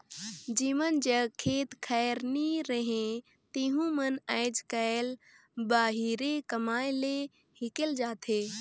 जेमन जग खेत खाएर नी रहें तेहू मन आएज काएल बाहिरे कमाए ले हिकेल जाथें